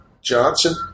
Johnson